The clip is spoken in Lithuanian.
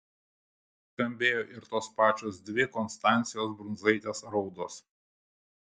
skambėjo ir tos pačios dvi konstancijos brundzaitės raudos